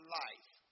life